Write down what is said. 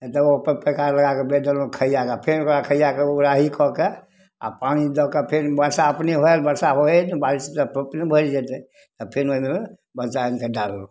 तऽ ओ पैकार लगाकऽ बेच देलहुॅं खइयाके फेर ओकरा खइयाके उराही कऽ के आ पानी दऽ कऽ फेर बरसा अपने होएल बरसा होइ हइ तऽ बारिश अपने भैरि जेतै तऽ फेर ओहिमे बच्चा आनि कऽ डाललहुॅं